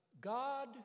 God